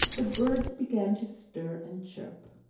the birds began to stir and chirp.